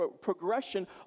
progression